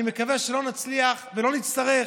אני מקווה שלא נצליח ולא נצטרך